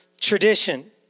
tradition